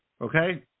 Okay